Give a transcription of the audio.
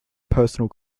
personal